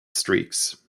streaks